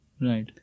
Right